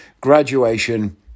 Graduation